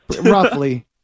Roughly